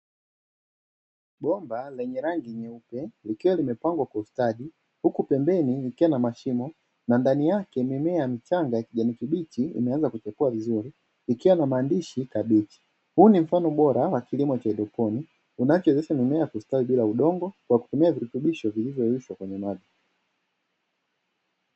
Bomba lenye rengi nyeupe likiwa lime pangwa kwa ustadi, huku pembeni likiwa na mashimo na ndani yake mimea michanga yenye kijani kibichi imeaanza kuchipua vizuri, ikiwa na maandishi kabichi, huu ni mfano bora wa kilimo cha haidroponiki, kinachowezesha mimea kustawi bila kutumia udongo kwa kutumia virutubisho vilivyoyeyushwa kwenye maji.